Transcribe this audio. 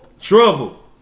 Trouble